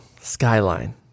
skyline